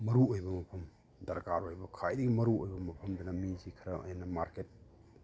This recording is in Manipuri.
ꯃꯔꯨ ꯑꯣꯏꯕ ꯃꯐꯝ ꯗꯔꯀꯥꯔ ꯑꯣꯏꯕ ꯈ꯭ꯋꯥꯏꯗꯒꯤ ꯃꯔꯨ ꯑꯣꯏꯕ ꯃꯐꯝꯗꯅ ꯃꯤꯁꯤ ꯈꯔ ꯍꯦꯟꯅ ꯃꯥꯔꯀꯦꯠ